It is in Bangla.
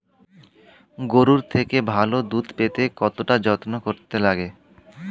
গরুর থেকে ভালো দুধ পেতে কতটা যত্ন করতে লাগে